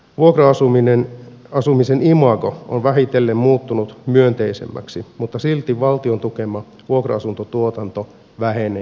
vuokra asumisen imago on vähitellen muuttunut myönteisemmäksi mutta silti valtion tukema vuokra asuntotuotanto vähenee edelleen